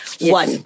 one